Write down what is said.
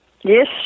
Yes